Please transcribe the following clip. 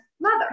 mother